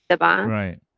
Right